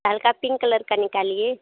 हल्का pink colour का निकालिए